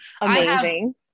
Amazing